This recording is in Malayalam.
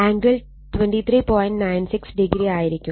96 ഡിഗ്രി ആയിരിക്കും